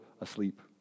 asleep